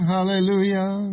Hallelujah